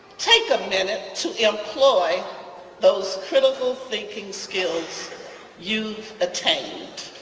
take a minute to employ those critical thinking skills you've attained.